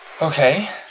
Okay